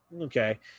Okay